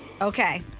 Okay